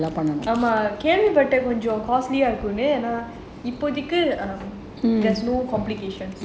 ஆமா கேள்வி பட்டேன் ரொம்ப:aamaa kaelvi pattaen romba costly இருக்கும்னு ஏன்னா இப்போதிக்கு:irukumnu yeanaa ippothikku there's no complications